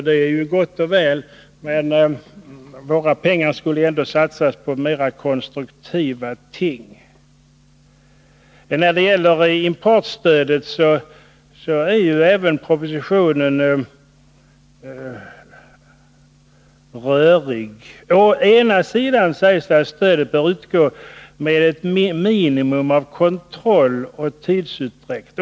Det är gott och väl, men våra pengar skall ändå satsas på mer konstruktiva projekt. I avsnittet om importstödet är propositionen rörig. Å ena sidan sägs det att stödet bör utgå med ”ett minimum av kontroll och tidsutdräkt”.